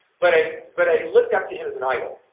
but i but i looked up to him as an idol